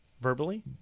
verbally